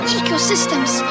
ecosystems